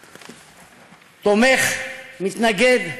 תומך, מתנגד,